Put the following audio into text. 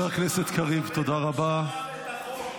תכבד את המשטרה ואת החוק,